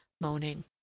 moaning